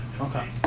Okay